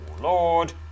Lord